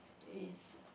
is